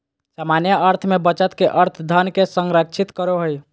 सामान्य अर्थ में बचत के अर्थ धन के संरक्षित करो हइ